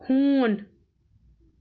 ہوٗن